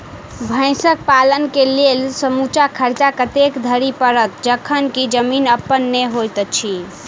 भैंसक पालन केँ लेल समूचा खर्चा कतेक धरि पड़त? जखन की जमीन अप्पन नै होइत छी